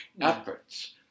efforts